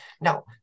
Now